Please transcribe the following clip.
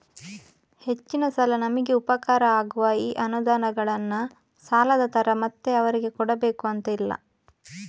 ಹೆಚ್ಚಿನ ಸಲ ನಮಿಗೆ ಉಪಕಾರ ಆಗುವ ಈ ಅನುದಾನಗಳನ್ನ ಸಾಲದ ತರ ಮತ್ತೆ ಅವರಿಗೆ ಕೊಡಬೇಕು ಅಂತ ಇಲ್ಲ